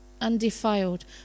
undefiled